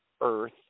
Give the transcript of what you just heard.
earth